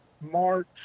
March